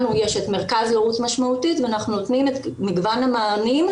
לנו יש את המרכז להורות משמעותית ואנחנו נותנים את מגוון המענים.